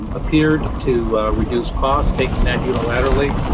um appeared to reduce costs, take the net unilaterally,